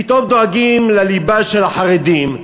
פתאום דואגים לליבה של החרדים,